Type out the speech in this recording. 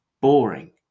boring